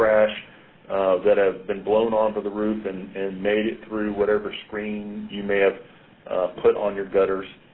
trash that have been blown onto the roof and and made it through whatever screen you may have put on your gutters.